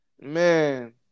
Man